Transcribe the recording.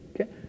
Okay